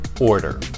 order